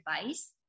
advice